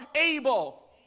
able